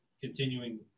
continuing